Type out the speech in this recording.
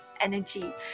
energy